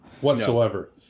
Whatsoever